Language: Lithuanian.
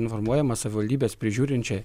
informuojama savivaldybės prižiūrinčiai